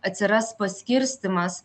atsiras paskirstymas